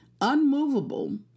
unmovable